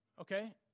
okay